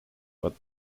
but